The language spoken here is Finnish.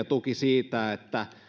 tuki siitä että